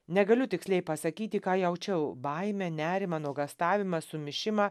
negaliu tiksliai pasakyti ką jaučiau baimę nerimą nuogąstavimą sumišimą